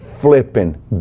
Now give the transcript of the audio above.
flipping